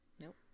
Nope